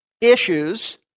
issues